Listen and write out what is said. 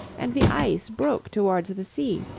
and the ice broke towards the sea,